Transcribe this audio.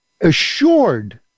assured